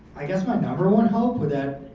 i guess my number one hope with that,